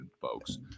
folks